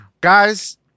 Guys